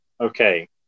Okay